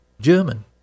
German